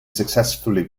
successfully